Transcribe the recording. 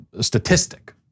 statistic